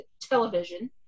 television